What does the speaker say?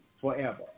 forever